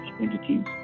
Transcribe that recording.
entities